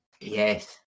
Yes